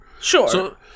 Sure